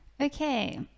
okay